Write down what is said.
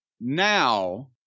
now